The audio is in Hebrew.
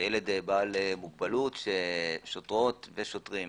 ילד בעל מוגבלות ששוטרות ושוטרים